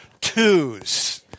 twos